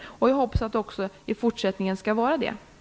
Jag hoppas att så också skall vara fallet i fortsättningen.